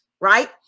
right